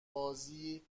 بازی